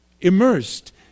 immersed